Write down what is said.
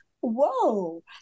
Whoa